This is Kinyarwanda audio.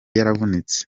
yaravunitse